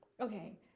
okay